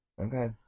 Okay